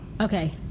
Okay